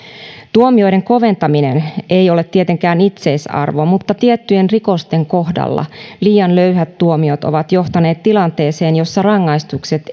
tuomioiden koventaminen ei ole tietenkään itseisarvo mutta tiettyjen rikosten kohdalla liian löyhät tuomiot ovat johtaneet tilanteeseen jossa rangaistukset